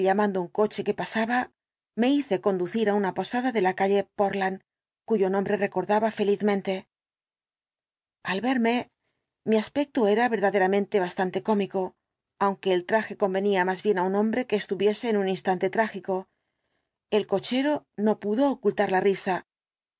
llamando un coche que pasaba me hice conducir á una posada de la calle de portland cuyo nombre recordaba felizmente al verme mi aspecto era verdaderamente bastante cómico aunque el traje convenía más bien á un hombre que estuviese en un instante trágico el cochero no pudo ocultar la risa